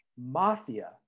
Mafia